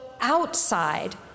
outside